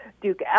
Duke